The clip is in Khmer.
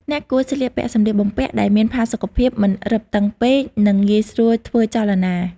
អ្នកគួរស្លៀកពាក់សម្លៀកបំពាក់ដែលមានផាសុកភាព មិនរឹបតឹងពេក និងងាយស្រួលធ្វើចលនា។